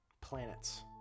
planets